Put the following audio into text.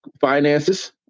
Finances